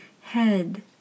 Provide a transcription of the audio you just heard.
Head